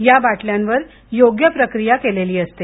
या बाटल्यांवर योग्य प्रक्रीया केलेली असते